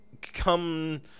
come